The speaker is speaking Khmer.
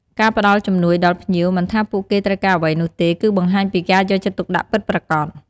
ការផ្តល់ជំនួយដល់ភ្ញៀវ មិនថាពួកគេត្រូវការអ្វីនោះទេ គឺបង្ហាញពីការយកចិត្តទុកដាក់ពិតប្រាកដ។